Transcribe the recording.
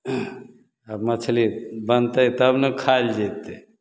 आब मछली बनतै तब ने खाएल जएतै